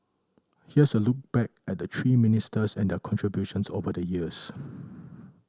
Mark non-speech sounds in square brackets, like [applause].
here's a look back at the three ministers and their contributions over the years [noise]